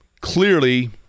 clearly